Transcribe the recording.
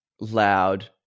loud